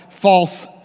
false